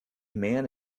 man